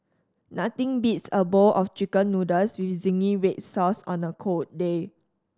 nothing beats a bowl of Chicken Noodles with zingy red sauce on a cold day